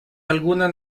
alguna